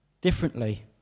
differently